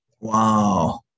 wow